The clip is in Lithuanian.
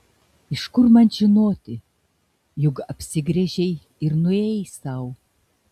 iš kur man žinoti juk apsigręžei ir nuėjai sau